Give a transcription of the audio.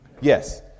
Yes